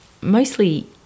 mostly